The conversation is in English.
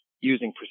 using